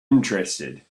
interested